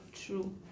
true